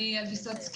אני יעל ויסוצקי,